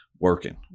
working